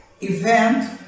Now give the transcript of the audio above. event